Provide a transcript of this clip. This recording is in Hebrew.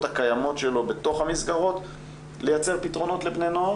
הקיימות שלו בתוך המסגרות לייצר פתרונות לבני נוער